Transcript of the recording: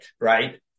right